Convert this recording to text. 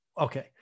Okay